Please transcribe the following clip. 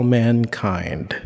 mankind